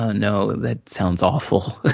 ah no, that sounds awful.